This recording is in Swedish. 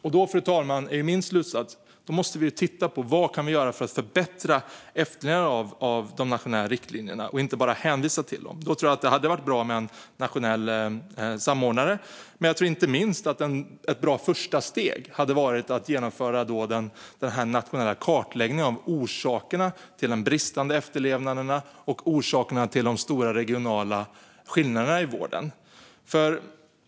Min slutsats är att vi måste titta på vad vi kan göra för att förbättra efterlevnaden av de nationella riktlinjerna, inte bara hänvisa till dem. Då vore det bra med en nationell samordnare. Inte minst hade ett bra första steg varit att genomföra den nationella kartläggningen av orsakerna till den bristande efterlevnaden och till de stora regionala skillnaderna i vården.